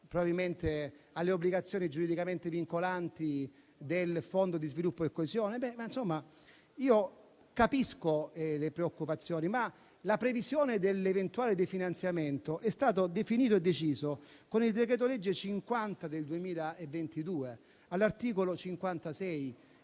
riferiva alle obbligazioni giuridicamente vincolanti del Fondo per lo sviluppo e la coesione. Io capisco le preoccupazioni, ma la previsione dell'eventuale definanziamento è stata definita e decisa con il decreto-legge n. 50 del 2022, all'articolo 56.